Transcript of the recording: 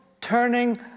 turning